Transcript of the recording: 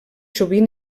sovint